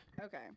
Okay